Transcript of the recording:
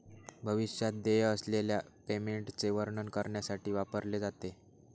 भविष्यात देय असलेल्या पेमेंटचे वर्णन करण्यासाठी वापरले जाते